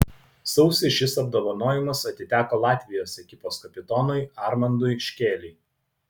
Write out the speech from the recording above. sausį šis apdovanojimas atiteko latvijos ekipos kapitonui armandui škėlei